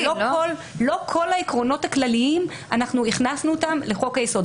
אבל לא את כל העקרונות הכלליים אנחנו הכנסנו לחוק היסוד.